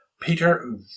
Peter